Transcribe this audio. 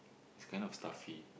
it's kind of stuffy